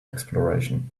exploration